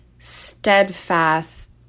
steadfast